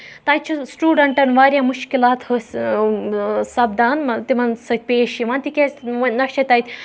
تَتہِ چھِ سٹوٗڈَنٹَن واریاہ مُشکِلات حٲصۍ سَپدان تِمَن سۭتۍ پیش یِوان تِکیازِ نہ چھِ تَتہِ